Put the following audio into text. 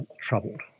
troubled